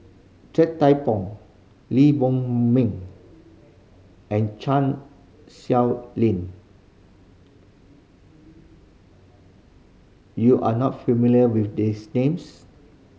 Ted De Pong Lee Boon Ming and Chan Lin you are not familiar with these names